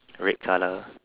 red colour